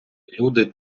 люди